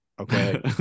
Okay